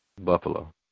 Buffalo